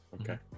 Okay